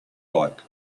like